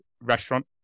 restaurant